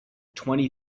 twenty